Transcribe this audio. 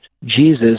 jesus